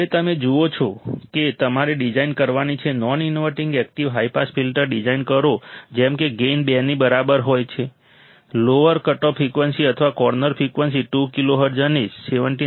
હવે તમે જુઓ છો કે તમારે ડિઝાઇન કરવાની છે non inverting active high pass filter design કરો જેમ કે ગેઇન 2 ની બરાબર હોય લોઅર કટઓફ ફ્રિકવન્સી અથવા કોર્નર ફ્રિકવન્સી 2 કિલોહર્ટ્ઝ અને 79